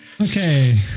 Okay